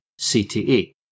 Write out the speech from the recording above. CTE